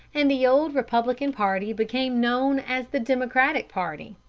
and the old republican party became known as the democratic party.